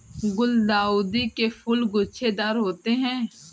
गुलदाउदी के फूल गुच्छेदार होते हैं